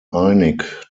einig